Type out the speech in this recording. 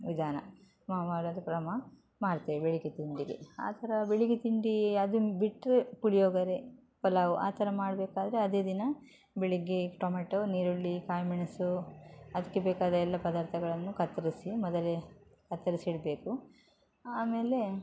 ವಿಧಾನ ನಾವು ಮಾಡುವಂಥ ಕ್ರಮ ಮಾಡ್ತೇವೆ ಬೆಳಗ್ಗೆ ತಿಂಡಿಗೆ ಆ ಥರ ಬೆಳಗ್ಗೆ ತಿಂಡಿ ಅದನ್ನು ಬಿಟ್ಟರೆ ಪುಳಿಯೋಗರೆ ಪಲಾವು ಆ ಥರ ಮಾಡಬೇಕಾದ್ರೆ ಅದೇ ದಿನ ಬೆಳಗ್ಗೆ ಟೊಮೆಟೋ ನೀರುಳ್ಳಿ ಕಾಯಿಮೆಣಸು ಅದಕ್ಕೆ ಬೇಕಾದ ಎಲ್ಲ ಪದಾರ್ಥಗಳನ್ನು ಕತ್ತರ್ಸಿ ಮೊದಲೇ ಕತ್ತರಿಸಿಡ್ಬೇಕು ಆಮೇಲೆ